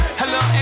hello